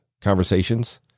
conversations